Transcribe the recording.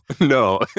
No